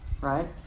right